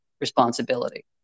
responsibility